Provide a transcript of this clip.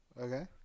Okay